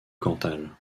cantal